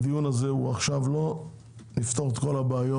הדיון הזה לא יפתור עכשיו את כל הבעיות,